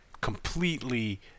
completely